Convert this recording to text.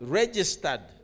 registered